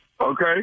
Okay